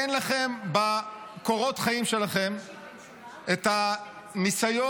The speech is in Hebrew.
אין לכם בקורות החיים שלכם את הניסיון